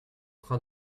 train